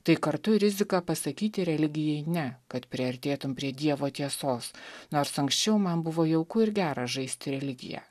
tai kartu ir rizika pasakyti religijai ne kad priartėtum prie dievo tiesos nors anksčiau man buvo jauku ir gera žaisti religiją